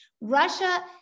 Russia